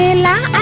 la